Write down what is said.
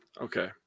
Okay